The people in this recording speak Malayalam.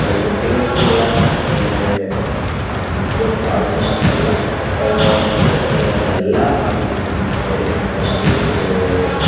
കുട്ടികൾക്കുള്ള മറ്റ് ആവശ്യമായിട്ടുള്ള മറ്റ് എല്ലാ മാർഗ്ഗങ്ങളും അതായത് അവർക്ക്